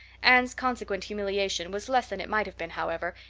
anne's consequent humiliation was less than it might have been, however,